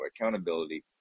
Accountability